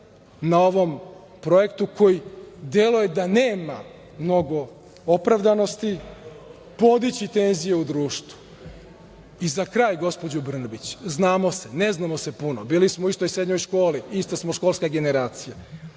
na ovom projektu, koji deluje da nema opravdanosti, podići tenzije u društvu.Za kraj, gospođo Brnabić, znamo se. Ne znamo se puno. Bili smo u istoj srednjoj školi. Ista smo školska generacija.